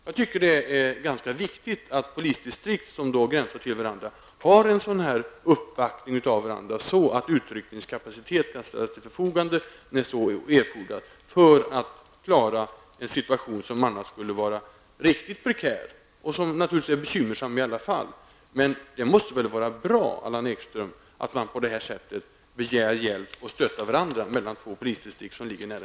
Jag tycker att det är viktigt att polisdistrikt som gränsar till varandra har en sådan uppbackning av varandra så att utryckningskapacitet kan ställas till förfogande när så erfordras för att klara en situation som annars skulle vara riktigt prekär. Det måste väl vara bra, Allan Ekström, att polisdistrikt som ligger nära intill varandra begär hjälp och stöttar varandra?